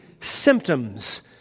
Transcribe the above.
symptoms